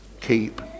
keep